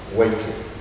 waiting